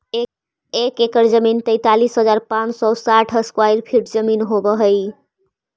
एक एकड़ जमीन तैंतालीस हजार पांच सौ साठ स्क्वायर फीट जमीन होव हई